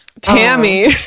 Tammy